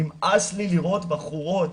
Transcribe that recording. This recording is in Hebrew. נמאס לי לראות בחורות,